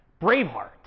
Braveheart